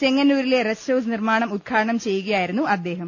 ചെങ്ങന്നൂരിലെ rest house നിർമാണം ഉദ്ഘാടനം ചെയ്യുകയായിരുന്നു അദ്ദേഹം